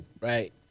right